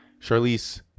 Charlize